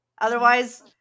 Otherwise